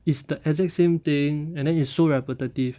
it's the exact same thing and then it's so repetitive